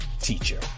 teacher